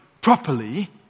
properly